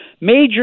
Major